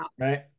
right